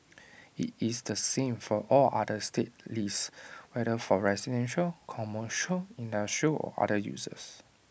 IT is the same for all other state leases whether for residential commercial industrial or other uses